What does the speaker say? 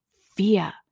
fear